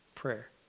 prayer